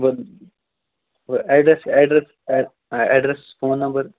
وٕ وٕ address address address phone number